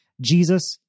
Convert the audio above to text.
Jesus